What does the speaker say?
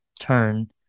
turn